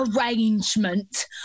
arrangement